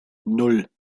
nan